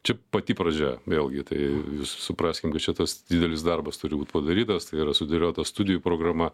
čia pati pradžia vėlgi tai supraskim kad čia tas didelis darbas turi būt padarytas tai yra sudėliota studijų programa